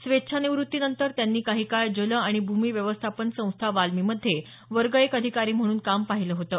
स्वेच्छा निवृत्तीनंतर त्यांनी काही काळ जल आणि भूमी व्यवस्थापन संस्था वाल्मीमध्ये वर्ग एक अधिकारी म्हणून काम पाहिलं होतं